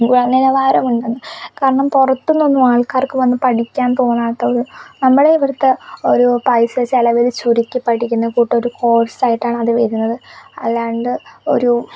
ഗുണനിലവാരം ഉണ്ടെ കാരണം പുറത്തു നിന്നൊന്നും ആൾക്കാർക്ക് വന്നു പഠിക്കാൻ തോന്നാത്തത് നമ്മുടെ ഇവിടുത്തെ ഒരു പൈസ ചിലവിൽ ചുരുക്കി പഠിക്കുന്ന കൂട്ടൊരു കോഴ്സായിട്ടാണ് അത് വരുന്നത് അല്ലാണ്ട് ഒരു